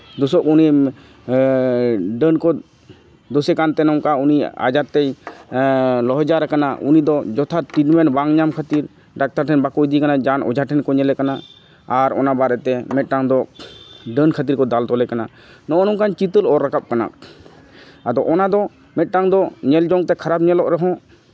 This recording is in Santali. ᱫᱳᱥᱳᱜ ᱩᱱᱤ ᱰᱟᱹᱱ ᱠᱚ ᱫᱳᱥᱮ ᱠᱟᱱᱛᱮ ᱱᱚᱝᱠᱟ ᱩᱱᱤ ᱟᱡᱟᱨ ᱛᱮᱭ ᱞᱚᱦᱚᱡᱟᱨ ᱠᱟᱱᱟ ᱩᱱᱤ ᱫᱚ ᱡᱚᱛᱷᱟᱛ ᱴᱨᱤᱴᱢᱮᱱᱴ ᱵᱟᱝ ᱧᱟᱢ ᱠᱷᱟᱹᱛᱤᱨ ᱰᱟᱠᱛᱟᱨ ᱴᱷᱮᱱ ᱵᱟᱠᱚ ᱤᱫᱤᱭᱮ ᱠᱟᱱᱟ ᱡᱟᱱ ᱚᱡᱷᱟ ᱴᱷᱮᱱ ᱠᱚ ᱧᱮᱞᱮ ᱠᱟᱱᱟ ᱟᱨ ᱚᱱᱟ ᱵᱟᱨᱮᱛᱮ ᱢᱤᱫᱴᱟᱱ ᱫᱚ ᱰᱟᱹᱱ ᱠᱷᱟᱹᱛᱤᱨ ᱠᱚ ᱫᱟᱞ ᱛᱚᱞᱮ ᱠᱟᱱᱟ ᱱᱚᱜᱼᱚ ᱱᱚᱝᱠᱟᱱ ᱪᱤᱛᱟᱹᱨ ᱚᱞ ᱨᱟᱠᱟᱵ ᱟᱠᱟᱱᱟ ᱟᱫᱚ ᱚᱱᱟ ᱫᱚ ᱢᱤᱫᱴᱟᱱ ᱫᱚ ᱧᱮᱞ ᱡᱚᱝ ᱛᱮ ᱠᱷᱟᱨᱟᱯ ᱧᱮᱞᱚᱜ ᱨᱮᱦᱚᱸ